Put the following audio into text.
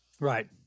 Right